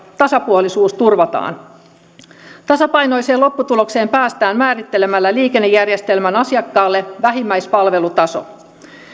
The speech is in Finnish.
tasapuolisuus turvataan tasapainoiseen lopputulokseen päästään määrittämällä liikennejärjestelmän asiakkaalle vähimmäispalvelutaso